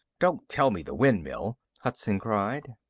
don't tell me the windmill! hudson cried.